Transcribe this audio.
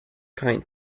kind